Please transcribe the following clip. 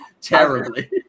terribly